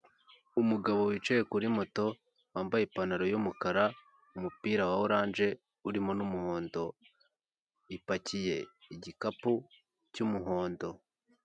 Umugabo wicaye kuri mota wambaye ipantaro y'umukara umupira wa oraje urimo n'umuhondo, ipakiye igikapu cy'umuhondo.